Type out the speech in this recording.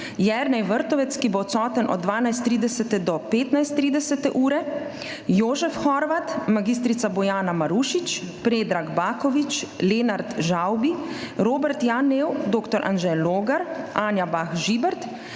Jernej Vrtovec, ki bo odsoten od 12.30 do 15.30 ure, Jožef Horvat, mag. Bojana Marušič, Predrag Baković, Lenart Žavbi, Robert Janev, dr. Anže Logar, Anja Bah Žibert,